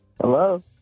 Hello